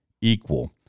equal